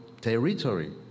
territory